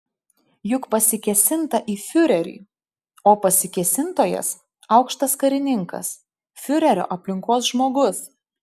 juk pasikėsinta į fiurerį o pasikėsintojas aukštas karininkas fiurerio aplinkos žmogus